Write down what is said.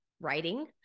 writing